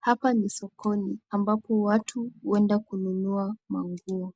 Hapa ni sokoni ambapo watu huenda kununua manguo